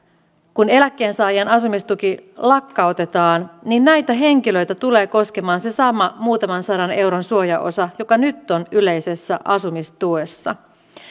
kun eläkkeensaajan asumistuki lakkautetaan niin näitä henkilöitä tulee koskemaan se sama muutaman sadan euron suojaosa joka nyt on yleisessä asumistuessa